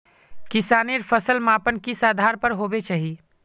किसानेर फसल मापन किस आधार पर होबे चही?